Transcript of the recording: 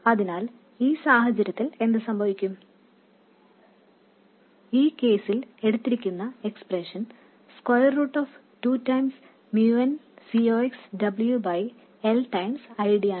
അതിനാൽ ഈ സാഹചര്യത്തിൽ എന്ത് സംഭവിക്കും ഈ കേസിൽ എടുത്തിരിക്കുന്ന എക്സ്പ്രെഷൻ √2 L I D ആണ്